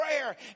prayer